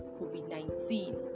COVID-19